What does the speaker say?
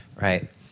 right